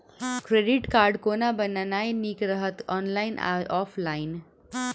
Credit card कोना बनेनाय नीक रहत? ऑनलाइन आ की ऑफलाइन?